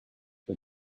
but